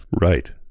Right